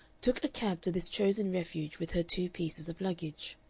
took a cab to this chosen refuge with her two pieces of luggage.